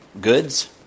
goods